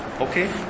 okay